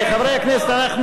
חבר הכנסת ברכה.